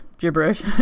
gibberish